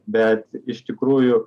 bet iš tikrųjų